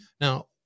now